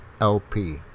LP